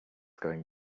going